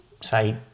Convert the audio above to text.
say